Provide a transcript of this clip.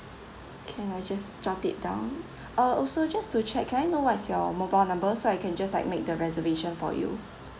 can I just jot it down uh also just to check can I know what is your mobile number so I can just like made the reservation for you